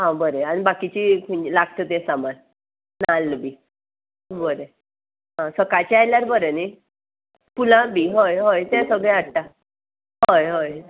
आं बरें आनी बाकीची खंय लागता तें सामान नाल्ल बी बरें आं सकाळचे आयल्यार बरें न्ही फुलां बी हय हय तें सगळें हाडटा हय हय